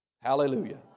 Hallelujah